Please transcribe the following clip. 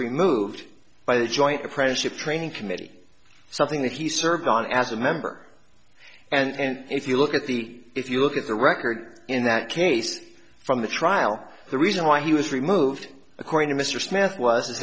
removed by the joint apprenticeship training committee something that he served on as a member and if you look at the if you look at the record in that case from the trial the reason why he was removed according to mr smith was